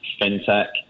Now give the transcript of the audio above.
fintech